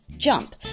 jump